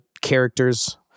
characters